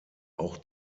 auch